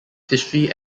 history